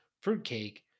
fruitcake